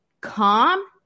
calm